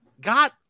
got